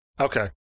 Okay